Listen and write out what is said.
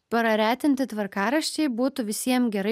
praretinti tvarkaraščiai būtų visiem gerai